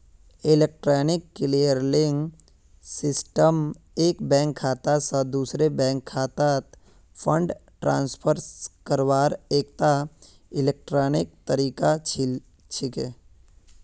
electronic clearing system एक bank खाता स दूसरे बैंक खातात फंड ट्रांसफर करवार एकता इलेक्ट्रॉनिक तरीका छिके